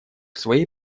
своей